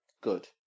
Good